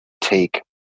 take